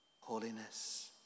Holiness